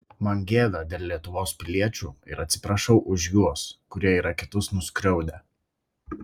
man gėda dėl lietuvos piliečių ir atsiprašau už juos kurie yra kitus nuskriaudę